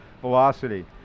velocity